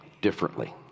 differently